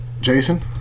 Jason